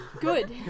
Good